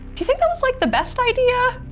you think that was like the best idea,